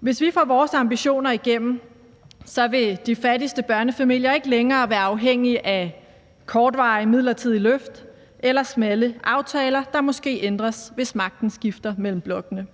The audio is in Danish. Hvis vi får vores ambitioner opfyldt, vil de fattigste børnefamilier ikke længere være afhængige af kortvarige, midlertidige løft eller smalle aftaler, der måske ændres, hvis magten skifter mellem blokkene.